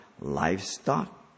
livestock